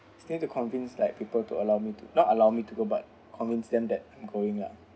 scared to convince like people to allow me to not allow me to go but convince them that I'm going lah